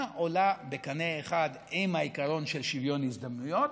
עולה בקנה אחד עם העיקרון של שוויון הזדמנויות,